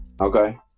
Okay